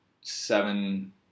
seven